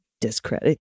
discredit